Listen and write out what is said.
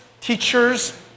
teachers